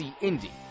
Indy